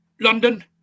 London